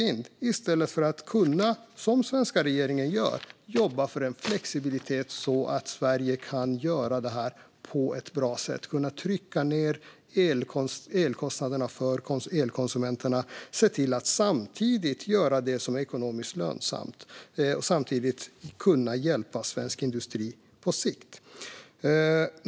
Detta gör man i stället för att, som den svenska regeringen gör, jobba för flexibilitet så att Sverige kan göra det här på ett bra sätt och trycka ned elkostnaderna för elkonsumenterna och samtidigt kan göra det som är ekonomiskt lönsamt och hjälpa svensk industri på sikt.